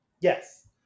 Yes